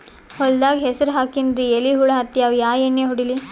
ಹೊಲದಾಗ ಹೆಸರ ಹಾಕಿನ್ರಿ, ಎಲಿ ಹುಳ ಹತ್ಯಾವ, ಯಾ ಎಣ್ಣೀ ಹೊಡಿಲಿ?